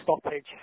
stoppage